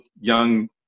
young